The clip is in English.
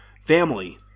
family